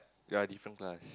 yea different class